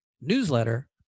newsletter